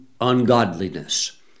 ungodliness